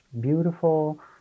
beautiful